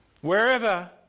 Wherever